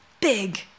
big